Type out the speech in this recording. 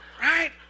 Right